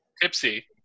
Tipsy